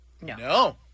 No